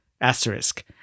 asterisk